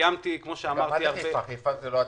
קיימתי הרבה דיונים בנושא.